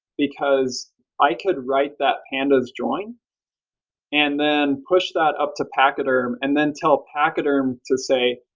because i could write that pandas join and then push that up to pachyderm and then tell pachyderm to say,